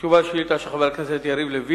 ביום י"ג בטבת התש"ע (30 בדצמבר 2009)